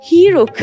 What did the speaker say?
Hero